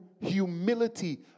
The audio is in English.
humility